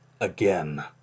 Again